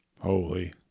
holy